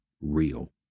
real